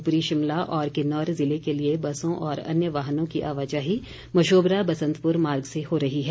ऊपरी शिमला और किन्नौर जिले के लिए बसों और अन्य वाहनों की आवाजाही मशोबरा बसंतपुर मार्ग से हो रही है